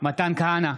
מתן כהנא,